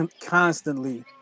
constantly